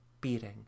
beating